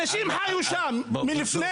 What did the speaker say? אנשים היו שם מלפני